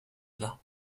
edad